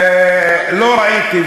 לא ראיתי,